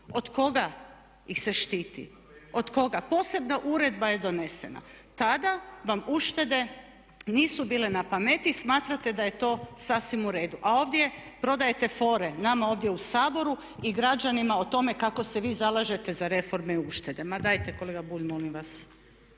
Od koga ih se štiti? Od koga? Posebna uredba je donesena. Tada vam uštede nisu bile na pameti. Smatrate da je to sasvim u redu, a ovdje prodajete fore nama ovdje u Saboru i građanima o tome kako se vi zalažete za reforme i uštede. Ma dajte kolega Bulj molim vas!